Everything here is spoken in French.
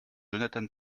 jonathan